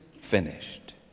finished